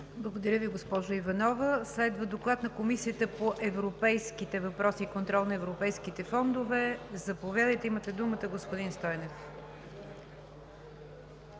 Благодаря Ви, госпожо Иванова. Следва Доклад на Комисията по европейските въпроси и контрол на европейските фондове. Заповядайте, имате думата, господин Стойнев.